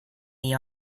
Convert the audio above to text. the